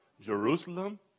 Jerusalem